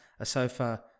Asofa